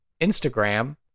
Instagram